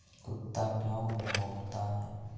कुत्ता क्यों भौंकता है?